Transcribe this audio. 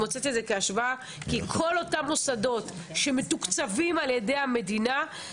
שוב, כל מה שהוא תחת אחריות המדינה.